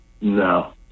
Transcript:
no